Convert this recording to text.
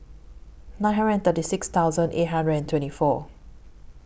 nine hundred thirty six thousand eight hundred and twenty four